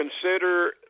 consider